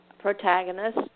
protagonist